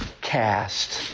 cast